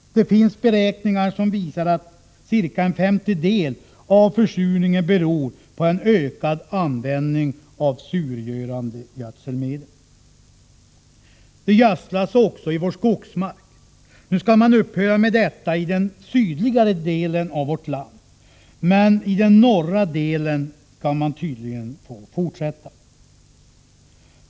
Det finns beräkningar som visar att ca en femtedel av försurningen beror på en ökad användning av surgörande gödselmedel. Det gödslas också i vår skogsmark. Nu skall man upphöra med detta i den sydligare delen av vårt land, men i den norra delen skall man tydligen fortsätta.